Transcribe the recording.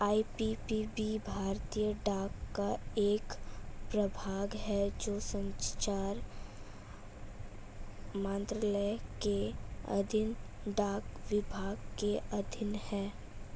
IPPB भारतीय डाक का एक प्रभाग है जो संचार मंत्रालय के अधीन डाक विभाग के अधीन है